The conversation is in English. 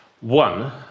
One